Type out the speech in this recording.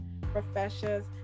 professions